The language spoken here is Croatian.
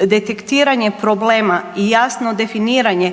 detektiranje problema i jasno definiranje